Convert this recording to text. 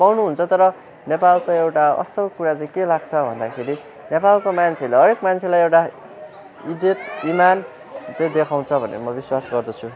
पाउनुहुन्छ तर नेपालको एउटा असल कुरा चाहिँ के लाग्छ भन्दाखेरि नेपालको मान्छेले हरेक मान्छेलाई एउटा इज्जत इमान चाहिँ देखाउँछ भनेर म विश्वास गर्दछु